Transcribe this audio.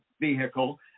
vehicle